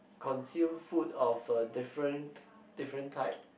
consume food of uh different different type